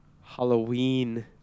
halloween